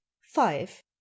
five